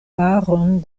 paron